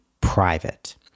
private